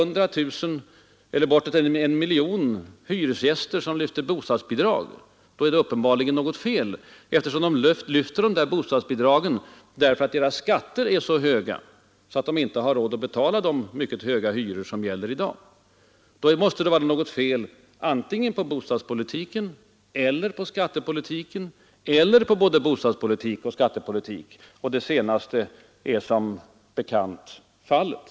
— När vi har bortåt 1 miljon hyresgäster som behöver bostadsbidrag, är det uppenbarligen något fel. De lyfter bostadsbidragen därför att deras skatter är så höga, att de inte har råd att betala de mycket höga hyror som gäller i dag. Då måste det vara något fel — antingen på bostadspolitiken eller på skattepolitiken eller på både bostadspolitiken och skattepolitiken. Det sistnämnda är som bekant fallet.